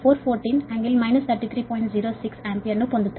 06 amperes వస్తుంది